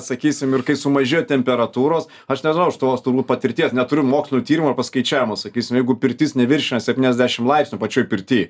sakysim ir kai sumažėjo temperatūros aš nežinau iš tos turbūt patirties neturiu mokslinių tyrimų paskaičiavimų sakysim jeigu pirtis neviršija septyniasdešim laipsnių pačioj pirty